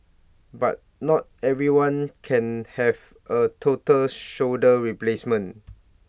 but not everyone can have A total shoulder replacement